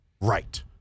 right